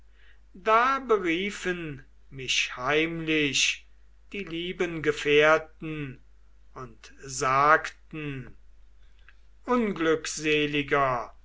da beriefen mich heimlich die lieben gefährten und sagten unglückseliger